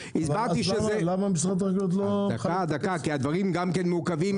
--- למה משרד החקלאות לא --- כי הדברים גם כן מעוכבים.